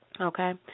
Okay